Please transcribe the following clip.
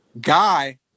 Guy